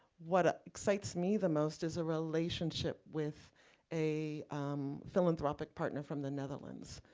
what ah excites me the most is a relationship with a philanthropic partner from the netherlands.